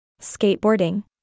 Skateboarding